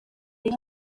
uyu